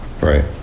right